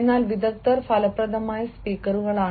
എന്നാൽ വിദഗ്ധർ ഫലപ്രദമായ സ്പീക്കറുകളാണ്